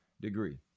degree